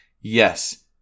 Yes